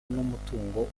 n’umutungo